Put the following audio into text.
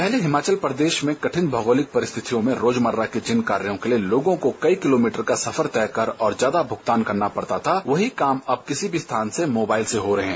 पहले हिमाचल प्रदेश में कठिन भौगोलिक परिस्थितियों में रोजमर्रा के जिन कार्यों के लिए लोगों को कई किलोमीटर का सफर तय कर और ज्यादा भुगतान करना पड़ता था वहीं काम अब किसी भी स्थान से मोबाईल से हो रहे हैं